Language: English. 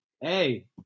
Hey